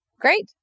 Great